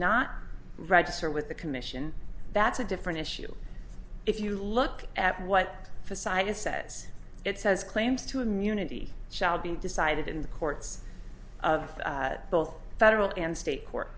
not register with the commission that's a different issue if you look at what society says it says claims to immunity shall be decided in the courts of both federal and state court